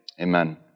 Amen